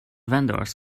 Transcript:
vendors